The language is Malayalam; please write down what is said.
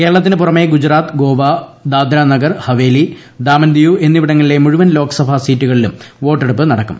കേരളത്തിനു പുറമ്പെട് ഗു്ജറാത്ത് ഗോവ ദാദ്രാനഗർ ഹവേലി ദാമൻ ദിയു എന്നിവിടുങ്ങ്ളിലെ മുഴുവൻ ലോക്സഭാ സീറ്റുകളിലും വോട്ടെട്ടിപ്പ് നടക്കും